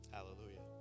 Hallelujah